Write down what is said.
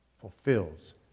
fulfills